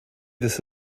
this